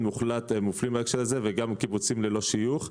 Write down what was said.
מוחלט מופלים בהקשר הזה וגם קיבוצים ללא שיוך.